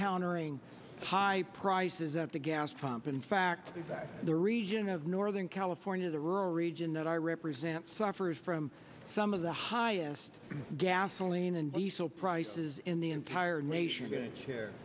countering high prices at the gas pump in fact the region of northern california the rural region that i represent suffers from some of the highest gasoline and diesel prices in the entire nation mr chair